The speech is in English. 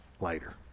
later